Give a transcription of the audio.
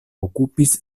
okupis